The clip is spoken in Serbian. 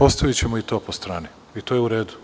Ostavićemo i to po strani i to je u redu.